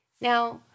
Now